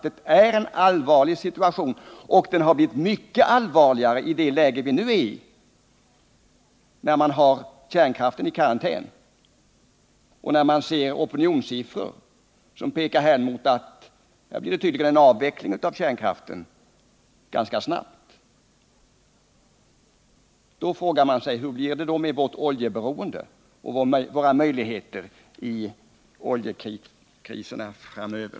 Det gäller bl.a. det förhållandet att läget blivit mycket mer oroande nu när vi har kärnkraften i karantän och med opinionssiffror som pekar hän emot att det tydligen ganska snabbt blir en avveckling av kärnkraften. Då frågar man sig med tanke på vårt oljeberoende: Hur blir det med möjligheterna att klara vår egen försörjning i oljekriserna framöver?